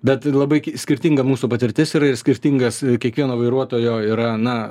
bet labai k skirtinga mūsų patirtis ir skirtingas kiekvieno vairuotojo yra na